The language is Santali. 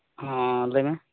ᱦᱚᱸ ᱞᱟᱹᱭ ᱢᱮ